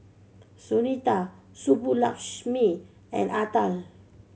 Sunita Subbulakshmi and Atal